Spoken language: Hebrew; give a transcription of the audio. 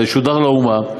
זה ישודר לאומה,